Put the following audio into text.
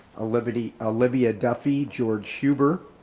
olivia olivia duffy, george huber,